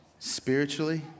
spiritually